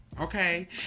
Okay